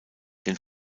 denn